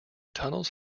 tunnels